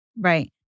Right